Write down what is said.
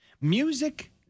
Music